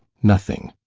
nothing.